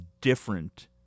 different